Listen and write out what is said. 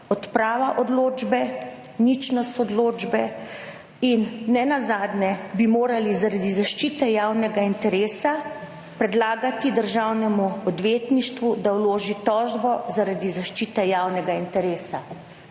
odprava odločbe, ničnost odločbe in nenazadnje bi morali zaradi zaščite javnega interesa predlagati državnemu odvetništvu, da vloži tožbo zaradi zaščite javnega interesa,